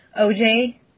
OJ